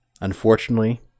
Unfortunately